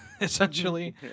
essentially